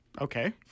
Okay